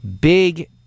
big